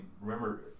remember